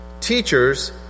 teachers